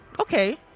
okay